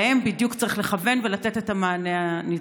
להם בדיוק צריך לכוון ולתת את המענה הנדרש.